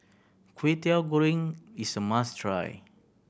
Kway Teow Goreng is a must try